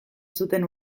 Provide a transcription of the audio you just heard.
zuten